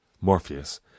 Morpheus